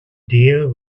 deal